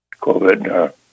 COVID